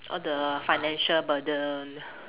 all the financial burden